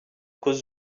cause